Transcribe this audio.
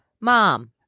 mom